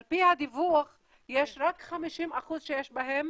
על פי הדיווח יש רק 50% שיש בהן